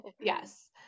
Yes